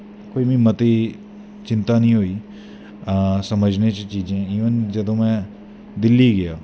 कोई मीं मती चिंता नी होई समझने च चीजें गी जदूं में दिल्ली गेआ